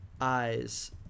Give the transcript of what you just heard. eyes